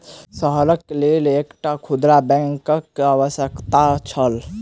शहरक लेल एकटा खुदरा बैंकक आवश्यकता छल